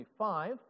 25